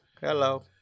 Hello